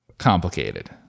complicated